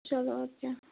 چلو اَدٕ کیٛاہ